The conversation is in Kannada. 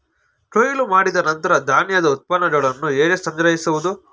ಕೊಯ್ಲು ಮಾಡಿದ ನಂತರ ಧಾನ್ಯದ ಉತ್ಪನ್ನಗಳನ್ನು ಹೇಗೆ ಸಂಗ್ರಹಿಸುವುದು?